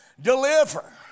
deliver